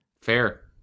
Fair